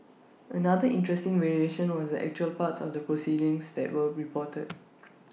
another interesting variation was the actual parts of the proceedings that were reported